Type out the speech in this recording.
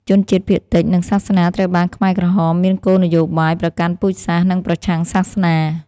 ជនជាតិភាគតិច និងសាសនាត្រូវបានខ្មែរក្រហមមានគោលនយោបាយប្រកាន់ពូជសាសន៍ និងប្រឆាំងសាសនា។